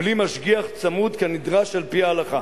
בלי משגיח צמוד כנדרש על-פי ההלכה.